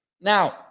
Now